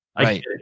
Right